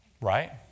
right